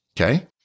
Okay